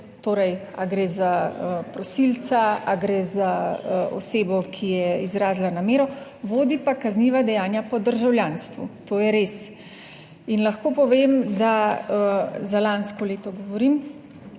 torej ali gre za prosilca ali gre za osebo, ki je izrazila namero, vodi pa kazniva dejanja po državljanstvu. To je res in lahko povem, da, za lansko leto govorim,